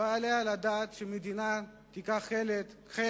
לא יעלה על הדעת שמדינה תיקח חלק